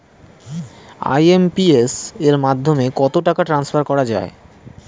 IMPS এর মাধ্যমে কত টাকা ট্রান্সফার করা যায়?